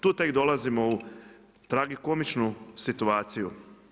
Tu tek dolazimo u tragikomičnu situaciju.